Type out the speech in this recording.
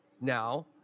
now